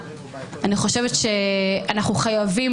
אנחנו חייבים